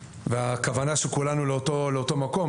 והכוונה של כולנו היא לאותו מקום.